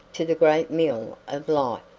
to the great mill of life.